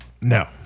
No